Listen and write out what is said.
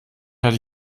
hatte